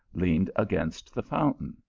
leaned against the fountain.